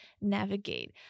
navigate